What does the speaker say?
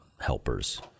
helpers